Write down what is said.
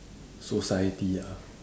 society ah